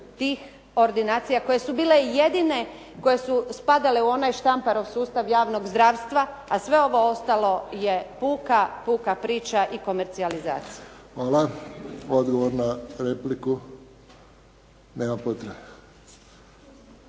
tih ordinacija koje su bile jedine koje su spadale u onaj štamparov sustav javnog zdravstva a sve ovo ostalo je puka, puka priča i komercijalizacija. **Friščić, Josip (HSS)** Odgovor na repliku? Nema potrebe.